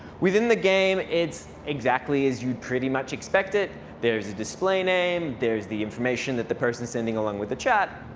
within the game, it's exactly as you'd pretty much expect it. there's a display name. there's the information that the person's sending along with the chat.